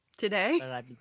Today